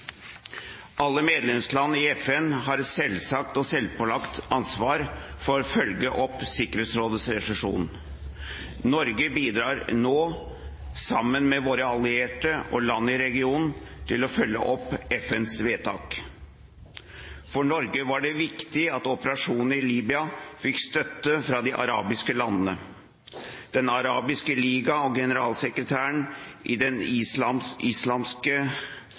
Alle medlemsland i FN har et selvsagt og selvpålagt ansvar for å følge opp Sikkerhetsrådets resolusjon. Norge bidrar nå sammen med våre allierte og land i regionen til å følge opp FNs vedtak. For Norge var det viktig at operasjonen i Libya fikk støtte fra de arabiske landene. Den arabiske liga og generalsekretæren i Den islamske